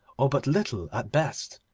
or but little at best,